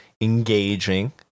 engaging